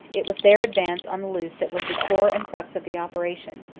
it was their ad vance on the luce that was the core and crux of the operation,